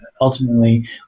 Ultimately